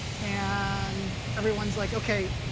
and everyone's like, ok,